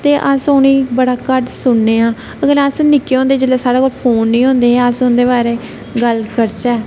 अस उनेंगी बड़ा घट्ट सुनने आं अस अगर निक्के होंदे साढ़े कोल फोन नेई होंदे हे अस उंदे बारे गल्ल करचै